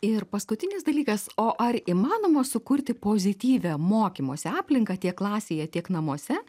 ir paskutinis dalykas o ar įmanoma sukurti pozityvią mokymosi aplinką tiek klasėje tiek namuose